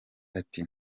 ati